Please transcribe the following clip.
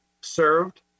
served